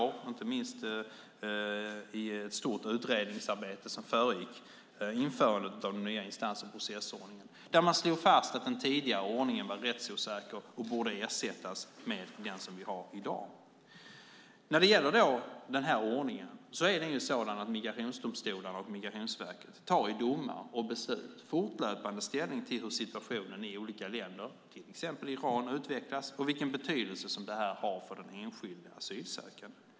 Det skedde inte minst i ett stort utredningsarbete som föregick införandet av den nya instans och processordningen, där man slog fast att den tidigare ordningen var rättsosäker och borde ersättas med den som vi har i dag. För det andra: Denna ordning är sådan att migrationsdomstolarna och Migrationsverket i domar och beslut fortlöpande tar ställning till hur situationen i olika länder, till exempel i Iran, utvecklas och vilken betydelse detta har för den enskilde asylsökande.